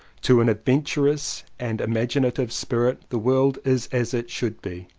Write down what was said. to an adventurous and imagin ative spirit the world is as it should be,